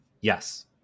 Yes